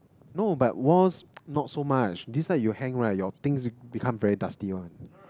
no but walls not so much this type you hang right your things become very dusty one